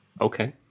Okay